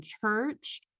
church